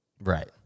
Right